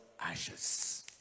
ashes